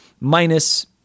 minus